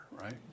right